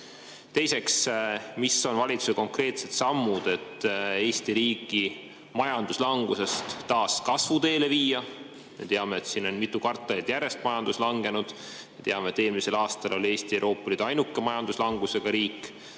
Teiseks: mis on valitsuse konkreetsed sammud, et Eesti majandus langusest taas kasvuteele viia? Me teame, et mitu kvartalit järjest on majandus langenud, me teame, et eelmisel aastal oli Eesti Euroopa Liidu ainuke majanduslangusega riik,